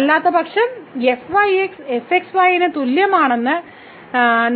അല്ലാത്തപക്ഷം fyx fxy ന് തുല്യമാണെന്ന്